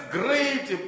great